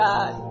God